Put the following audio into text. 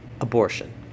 abortion